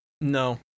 No